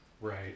Right